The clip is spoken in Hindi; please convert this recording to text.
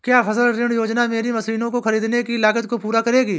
क्या फसल ऋण योजना मेरी मशीनों को ख़रीदने की लागत को पूरा करेगी?